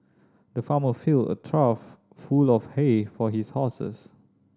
the farmer filled a trough full of hay for his horses